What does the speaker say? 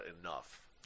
enough